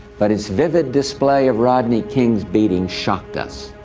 but its vivid display of rodney king's beating shocked us,